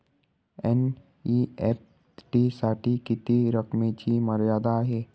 NEFT साठी किती रकमेची मर्यादा आहे?